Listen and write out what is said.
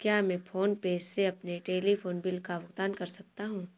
क्या मैं PhonePe से अपने टेलीफोन बिल का भुगतान कर सकता हूँ?